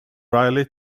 riley